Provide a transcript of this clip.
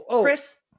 Chris